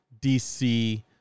DC